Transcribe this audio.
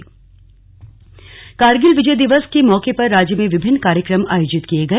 आयोजन कारगिल विजय दिवस के मौके पर राज्य में विभिन्न कार्यक्रम आयोजित किए गए